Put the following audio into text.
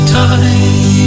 time